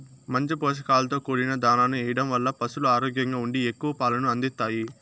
మంచి పోషకాలతో కూడిన దాణాను ఎయ్యడం వల్ల పసులు ఆరోగ్యంగా ఉండి ఎక్కువ పాలను అందిత్తాయి